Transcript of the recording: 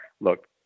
look